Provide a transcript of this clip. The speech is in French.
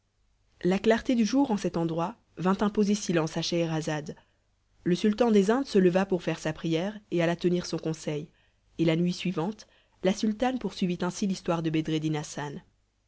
la clarté du jour en cet endroit vint imposer silence à scheherazade le sultan des indes se leva pour faire sa prière et alla tenir son conseil et la nuit suivante la sultane poursuivit ainsi l'histoire de bedreddin hassan